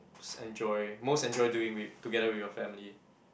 enjoy most enjoy doing with together with your family